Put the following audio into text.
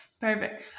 perfect